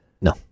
No